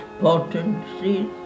potencies